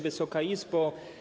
Wysoka Izbo!